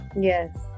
Yes